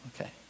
Okay